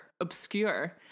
obscure